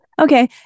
Okay